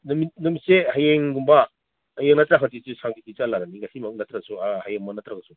ꯅꯨꯃꯤꯠꯁꯦ ꯍꯌꯦꯡꯒꯨꯝꯕ ꯍꯌꯦꯡ ꯅꯠꯇ꯭ꯔꯒ ꯍꯪꯆꯤꯠꯁꯦ ꯍꯪꯆꯤꯠꯇꯤ ꯆꯠꯂꯔꯅꯤ ꯉꯁꯤꯃꯛ ꯅꯠꯇ꯭ꯔꯁꯨ ꯍꯌꯦꯡꯃꯛ ꯅꯠꯇ꯭ꯔꯒꯁꯨ